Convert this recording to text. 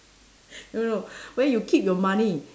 no no where you keep your money